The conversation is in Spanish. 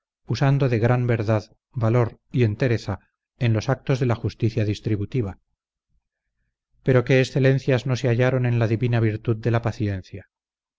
usando de gran verdad valor y entereza en los actos de la justicia distributiva pero qué excelencias no se hallaran en la divina virtud de la paciencia